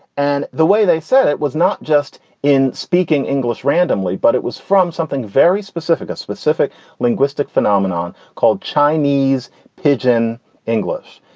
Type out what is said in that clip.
and the way they said it was not just in speaking english randomly, but it was from something very specific, a specific linguistic phenomenon called chinese pidgin english.